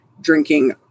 drinking